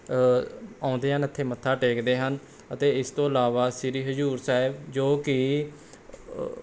ਆਉਂਦੇ ਹਨ ਇੱਥੇ ਮੱਥਾ ਟੇਕਦੇ ਹਨ ਅਤੇ ਇਸ ਤੋਂ ਇਲਾਵਾ ਸ਼੍ਰੀ ਹਜ਼ੂਰ ਸਾਹਿਬ ਜੋ ਕਿ